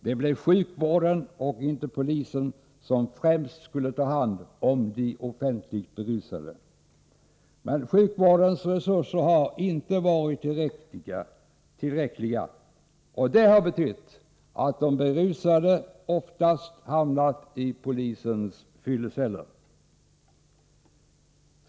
Det blev sjukvården och inte polisen som främst skulle ta hand om de offentligt berusade. Men sjukvårdens resurser har inte varit tillräckliga. Det har betytt att de berusade oftast har hamnat i polisens fylleceller.